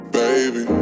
baby